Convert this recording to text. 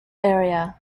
area